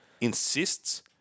insists